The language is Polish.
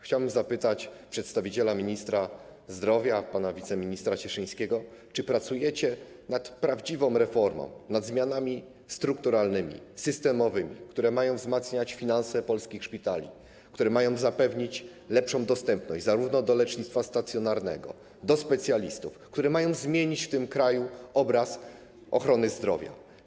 Chciałbym zapytać przedstawiciela ministra zdrowia pana wiceministra Cieszyńskiego, czy pracujecie nad prawdziwą reformą, nad zmianami strukturalnymi, systemowymi, które mają wzmacniać finanse polskich szpitali, które mają zapewnić lepszą dostępność lecznictwa stacjonarnego i specjalistów, które mają zmienić w tym kraju obraz ochrony zdrowia.